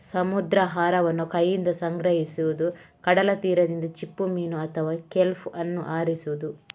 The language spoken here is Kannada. ಸಮುದ್ರಾಹಾರವನ್ನು ಕೈಯಿಂದ ಸಂಗ್ರಹಿಸುವುದು, ಕಡಲ ತೀರದಿಂದ ಚಿಪ್ಪುಮೀನು ಅಥವಾ ಕೆಲ್ಪ್ ಅನ್ನು ಆರಿಸುವುದು